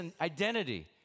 identity